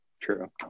True